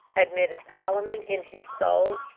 admitted solomon, in his soul.